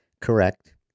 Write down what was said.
correct